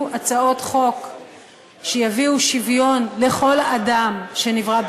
הצעות חוק שיביאו שוויון לכל אדם שנברא בצלם,